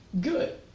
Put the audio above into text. good